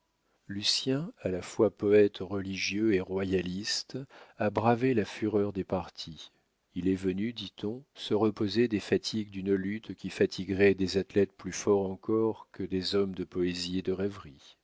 lucien à la fois poète religieux et royaliste a bravé la fureur des partis il est venu dit-on se reposer des fatigues d'une lutte qui fatiguerait des athlètes plus forts encore que des hommes de poésie et de rêverie